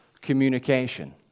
communication